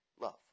love